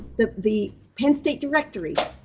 the the penn state directory.